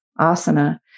asana